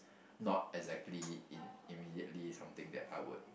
not exactly in immediately something that I would